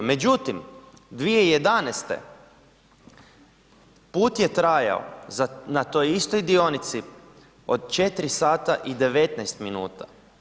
Međutim, 2011. put je trajao na toj istoj dionici od 4 sata i 19 minuta.